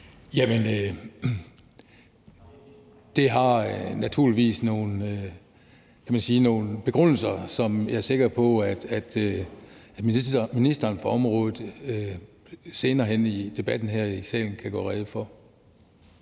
det har naturligvis nogle, kan man sige, begrundelser, som jeg er sikker på at ministeren for området senere hen i debatten her i salen kan gøre rede for.